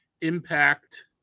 impact